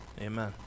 amen